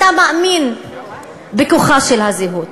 אתה מאמין בכוחה של הזהות,